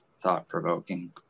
thought-provoking